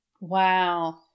Wow